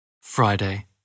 Friday